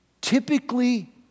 typically